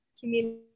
community